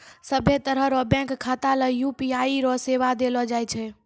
सभ्भे तरह रो बैंक खाता ले यू.पी.आई रो सेवा देलो जाय छै